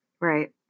Right